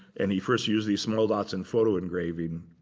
and he first used the small dots in photo engraving.